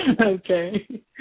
Okay